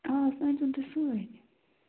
آ سۄ أنۍ زیون تُہۍ سۭتۍ